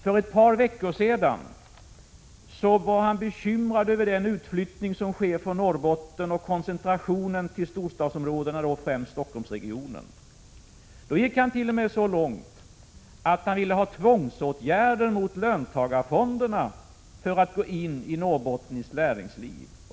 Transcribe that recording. För ett par veckor sedan var han bekymrad över den utflyttning som sker från Norrbotten och koncentrationen till storstadsområdena, främst till Stockholmsregionen. Då gick hant.o.m. så långt att han ville ha tvångsåtgärder mot löntagarfonderna för att få dem att gå in i norrbottniskt näringsliv.